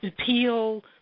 appeal